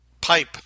Pipe